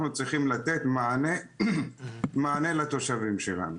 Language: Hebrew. אנחנו צריכים לתת מענה לתושבים שלנו.